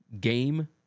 game